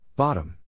Bottom